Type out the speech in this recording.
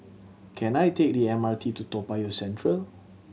can I take the M R T to Toa Payoh Central